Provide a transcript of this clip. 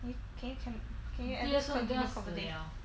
can you can you tell me can you understand this conversation